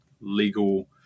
legal